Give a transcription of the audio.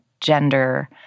gender